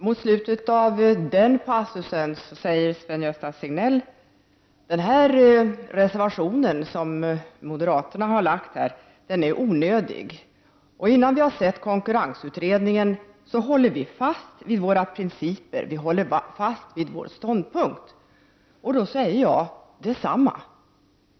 Mot slutet av den passusen sade Sven-Gösta Signell att den reservation som moderaterna lagt fram här är onödig och innan vi har sett resultatet av konkurrensutredningen håller vi fast vid våra principer och vår ståndpunkt. Då vill jag säga detsamma.